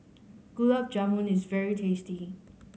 Gulab Jamun is very tasty